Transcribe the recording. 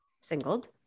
singled